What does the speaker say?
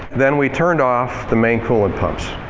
then we turned off the main coolant pumps.